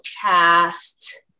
cast